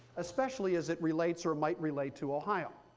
especially as it relates or might relate to ohio.